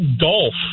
golf